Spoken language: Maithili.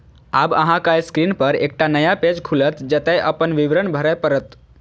आब अहांक स्क्रीन पर एकटा नया पेज खुलत, जतय अपन विवरण भरय पड़त